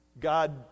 God